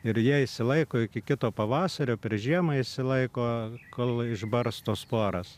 ir jie išsilaiko iki kito pavasario per žiemą išsilaiko kol išbarsto sporas